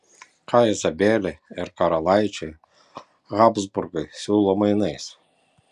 ką izabelei ir karalaičiui habsburgai siūlo mainais